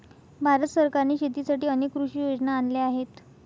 भारत सरकारने शेतीसाठी अनेक कृषी योजना आणल्या आहेत